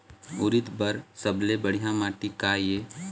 उरीद बर सबले बढ़िया माटी का ये?